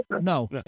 No